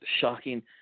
shocking